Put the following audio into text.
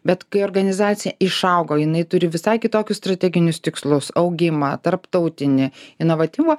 bet kai organizacija išaugo jinai turi visai kitokius strateginius tikslus augimą tarptautinį inovatyvumą